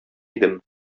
идем